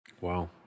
Wow